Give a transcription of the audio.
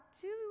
two